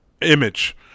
Image